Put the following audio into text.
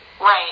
Right